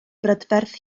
brydferth